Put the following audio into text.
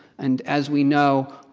and as we know,